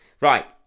Right